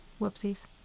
Whoopsies